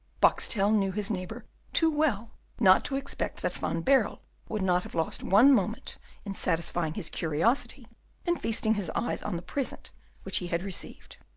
boxtel knew his neighbour too well not to expect that van baerle would not have lost one moment in satisfying his curiosity and feasting his eyes on the present which he had received.